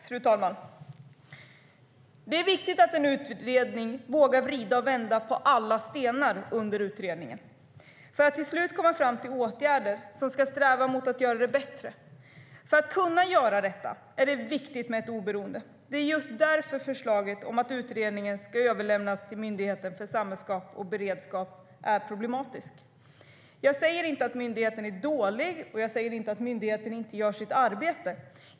Fru talman! Det är viktigt att en utredning vågar vrida och vända på alla stenar för att till slut komma fram till åtgärder som ska sträva mot att göra det bättre. För att kunna göra detta är det viktigt med oberoende. Det är just därför förslaget om att utredningen ska överlämnas till Myndigheten för samhällsskydd och beredskap är problematiskt. Jag säger inte att myndigheten är dålig, och jag säger inte att myndigheten inte gör sitt arbete.